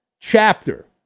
chapter